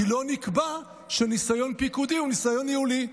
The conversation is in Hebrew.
כי לא נקבע שניסיון פיקודי הוא ניסיון ניהולי.